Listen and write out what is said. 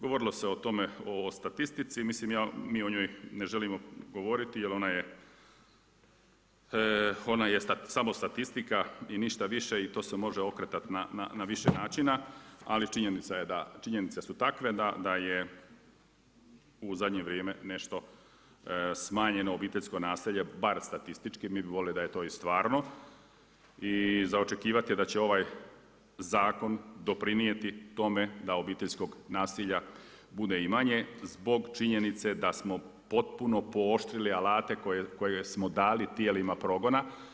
Govorilo se o tome o statistici, mislim mi o njoj ne želimo govoriti, jer ona je samo statistika i ništa više i to se može okretat na više načina, ali činjenice su takve, da je u zadnje vrijeme nešto smanjeno obiteljsko nasilje, bar statistički, mi bi voljeni da je to i stvarno i za očekivati je da će ovaj zakon doprinijeti tome da obiteljskog nasilja bude i manje zbog činjenice da smo potpuno pooštrili alate koje smo dali tijelima progona.